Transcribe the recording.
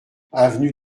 avenue